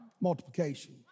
Multiplication